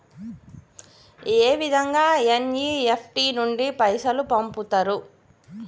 ఏ విధంగా ఎన్.ఇ.ఎఫ్.టి నుండి పైసలు పంపుతరు?